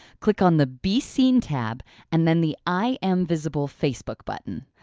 click on the be seen tab and then the i am visible facebook button.